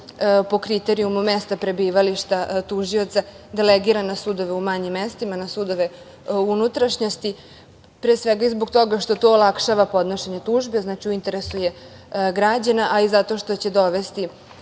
po kriterijumu mesta prebivališta tužioca delegira na sudove u manjim mestima, na sudove u unutrašnjosti, pre svega i zbog toga što to olakšava podnošenje tužbe, znači da je u interesu građana, a i zato što će dovesti